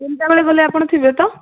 ତିନିଟା ବେଳେ ଗଲେ ଆପଣ ଥିବେ ତ